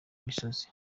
misozi